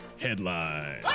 headline